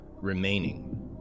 remaining